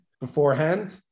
beforehand